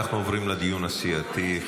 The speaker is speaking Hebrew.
אנחנו עוברים לדיון הסיעתי.